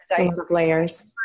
layers